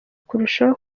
kurushaho